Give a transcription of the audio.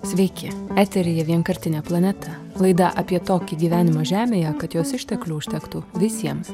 sveiki eteryje vienkartinė planeta laida apie tokį gyvenimą žemėje kad jos išteklių užtektų visiems